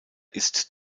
ist